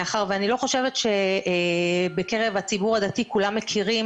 מאחר ואני לא חושבת שבקרב הציבור הדתי כולם מכירים